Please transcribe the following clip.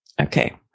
Okay